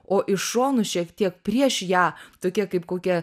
o iš šonų šiek tiek prieš ją tokia kaip kokia